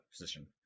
position